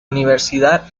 universidad